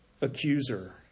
accuser